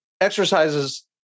exercises